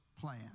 plan